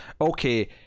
okay